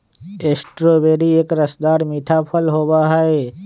strawberry एक रसदार मीठा फल होबा हई